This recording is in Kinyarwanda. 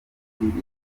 irindwi